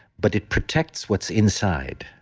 but it protects what's inside.